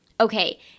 Okay